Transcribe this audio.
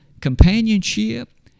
companionship